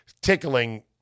tickling